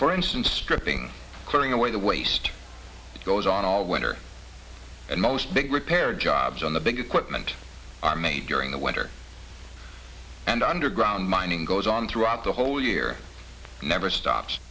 for instance stripping clearing away the waste that goes on all winter and most big repair jobs on the biggest put meant are made during the winter and underground mining goes on throughout the whole year never stops